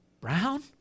brown